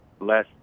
less